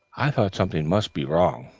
i thought something must be wrong,